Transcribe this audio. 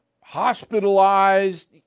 hospitalized